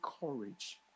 courage